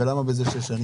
ולמה בזה שש שנים?